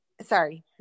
Sorry